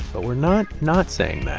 but we're not not saying